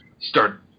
start